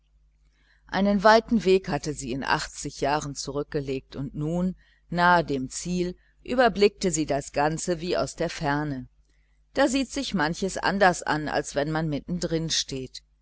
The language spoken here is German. einen weiten weg hatte sie in achtzig jahren zurückgelegt und nun nahe dem ziel überblickte sie das ganze wie aus der ferne da sieht sich manches anders an als wenn man